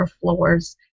floors